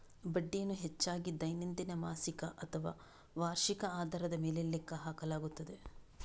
ಬಡ್ಡಿಯನ್ನು ಹೆಚ್ಚಾಗಿ ದೈನಂದಿನ, ಮಾಸಿಕ ಅಥವಾ ವಾರ್ಷಿಕ ಆಧಾರದ ಮೇಲೆ ಲೆಕ್ಕ ಹಾಕಲಾಗುತ್ತದೆ